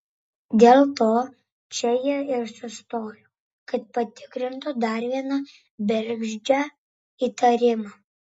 dėl to čia jie ir sustojo kad patikrintų dar vieną bergždžią įtarimą